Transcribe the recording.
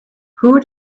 who